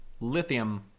Lithium